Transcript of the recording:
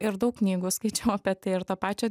ir daug knygų skaičiau apie tai ir to pačio